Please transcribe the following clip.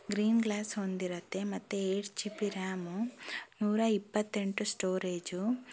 green glass ಹೊಂದಿರುತ್ತೆ ಮತ್ತು eight G B RAM ನೂರ ಇಪ್ಪತ್ತೆಂಟು ಸ್ಟೋರೇಜು